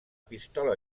pistola